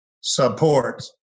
support